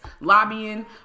lobbying